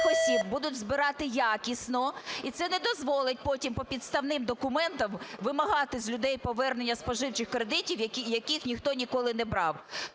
осіб будуть збирати якісно, і це не дозволить потім по підставним документам вимагати з людей повернення споживчих кредитів, яких ніхто ніколи не брав.